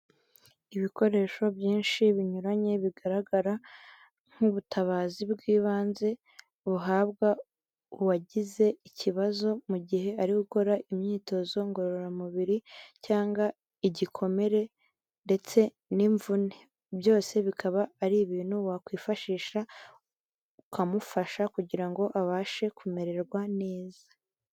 Ibikoresho byinshi binyuranye, bigaragara nk'ubutabazi bw'ibanze buhabwa uwagize ikibazo mu gihe ari gukora imyitozo ngororamubiri cyangwa igikomere ndetse n'imvune. Byose bikaba ari ibintu wakwifashisha, ukamufasha kugira ngo abashe kumererwa neza.